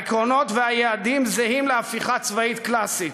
העקרונות והיעדים זהים להפיכה צבאית קלאסית,